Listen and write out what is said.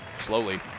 slowly